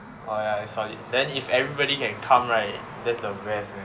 orh ya solid then if everybody can come right that's the best man